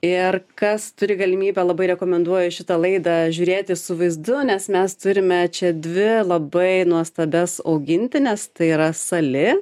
ir kas turi galimybę labai rekomenduoju šitą laidą žiūrėti su vaizdu nes mes turime čia dvi labai nuostabias augintines tai yra sali